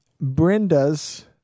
Brenda's